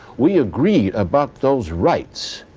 we agreed about those rights.